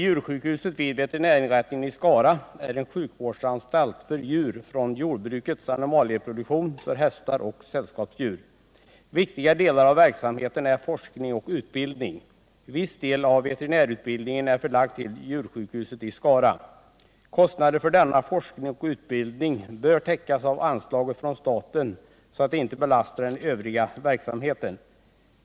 Djursjukhuset vid veterinärinrättningen i Skara är en sjukvårdsanstalt för djur från jordbrukets animalieproduktion samt för hästar och sällskapsdjur. Viktiga delar av verksamheten är forskning och utbildning. Viss del av veterinärutbildningen är förlagd till djursjukhuset i Skara. Kostnaderna för denna forskning och utbildning bör täckas av anslaget från staten, så att de inte belastar den övriga verksamheten.